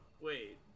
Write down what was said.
wait